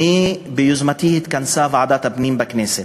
התכנסה ביוזמתי ועדת הפנים בכנסת.